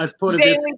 Daily